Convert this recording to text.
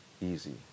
easy